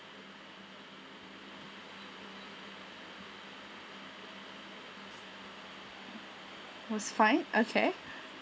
was fine okay